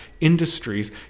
industries